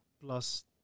plus